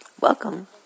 Welcome